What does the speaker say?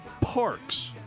parks